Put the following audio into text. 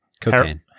Cocaine